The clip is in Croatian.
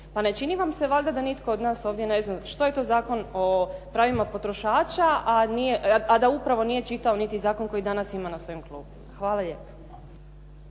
Pa ne čini vam se valjda da nitko od nas ovdje ne zna što je to Zakon o pravima potrošača, a da upravo nije čitao niti zakon koji danas ima na svojim klupama. Hvala lijepo.